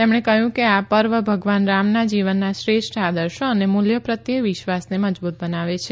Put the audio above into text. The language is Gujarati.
તેમણે કહ્યું કે આ પર્વ ભગવાન રામના જીવનના શ્રેષ્ઠ આદર્શો અને મૂલ્યો પ્રત્યે વિશ્વાસને મજબૂત બનાવે છે